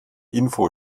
info